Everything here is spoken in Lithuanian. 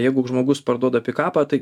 jeigu žmogus parduoda pikapą tai